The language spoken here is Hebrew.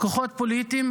כוחות פוליטיים,